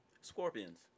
Scorpions